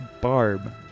Barb